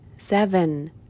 Seven